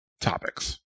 topics